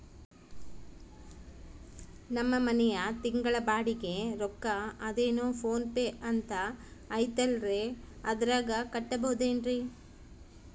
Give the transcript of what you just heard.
ನಮ್ಮ ಮನೆಯ ತಿಂಗಳ ಬಾಡಿಗೆ ರೊಕ್ಕ ಅದೇನೋ ಪೋನ್ ಪೇ ಅಂತಾ ಐತಲ್ರೇ ಅದರಾಗ ಕಟ್ಟಬಹುದೇನ್ರಿ?